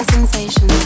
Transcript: Sensations